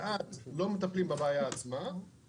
ואז לא מטפלים בבעיה עצמה,